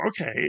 okay